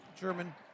German